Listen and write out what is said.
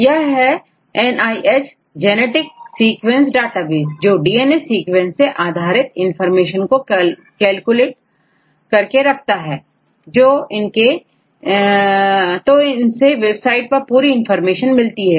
यह है NIH genetic sequence database है जो डीएनए सीक्वेंस से आधारित इंफॉर्मेशन को कलेक्ट करके रखता है तो इनसे वेबसाइट पर पूरी इंफॉर्मेशन मिलती है